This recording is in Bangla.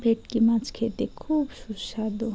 ভেটকি মাছ খেতে খুব সুস্বাদু